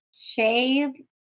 Shave